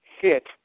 hit